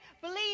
believe